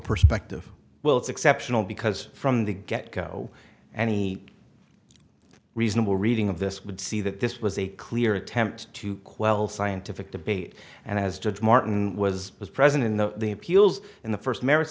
perspective well it's exceptional because from the get go any reasonable reading of this would see that this was a clear attempt to quell scientific debate and as judge martin was present in the appeals in the first m